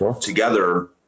together